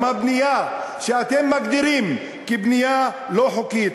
גם הבנייה שאתם מגדירים כבנייה לא חוקית,